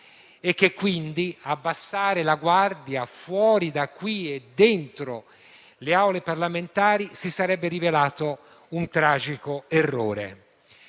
e che abbassare la guardia fuori da qui e dentro le Aule parlamentari si sarebbe rivelato un tragico errore.